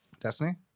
Destiny